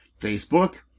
Facebook